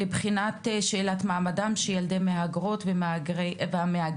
לבחינת שאלת מעמדם של ילדי מהגרות ומהגרים